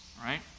right